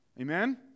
Amen